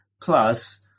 Plus